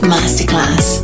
Masterclass